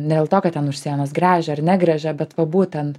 ne dėl to kad ten už sienos gręžia ar negręžia bet va būtent